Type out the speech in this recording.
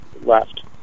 left